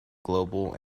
global